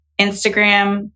Instagram